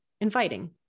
inviting